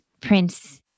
Prince